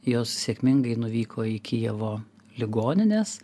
jos sėkmingai nuvyko į kijevo ligonines